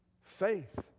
Faith